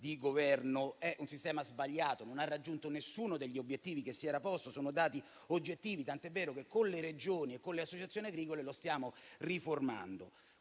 di Governo - è sbagliato e non ha raggiunto nessuno degli obiettivi che si era posto - sono dati oggettivi - tant'è vero che con le Regioni e con le associazioni agricole lo stiamo riformando.